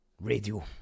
radio